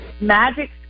Magic